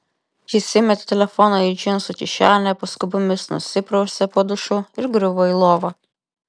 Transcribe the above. jis įmetė telefoną į džinsų kišenę paskubomis nusiprausė po dušu ir griuvo į lovą